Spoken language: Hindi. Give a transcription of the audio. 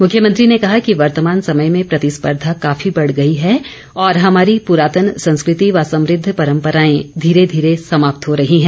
मुख्यमंत्री ने कहा कि वर्तमान समय में प्रतिस्पर्धा काफी बढ़ गई है और हमारी पुरातन सेस्कृति व समृद्ध परम्पराए धीरे धीरे समाप्त हो रही हैं